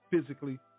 physically